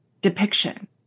depiction